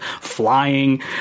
flying